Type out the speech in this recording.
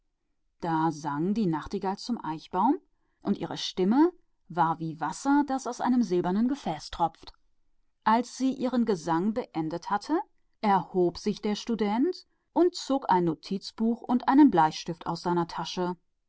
bist und die nachtigall sang für den eichbaum und ihre stimme war wie wasser das aus einem silbernen kruge rinnt als sie ihr lied geendet hatte stand der student auf und nahm ein notizbuch und einen bleistift aus der tasche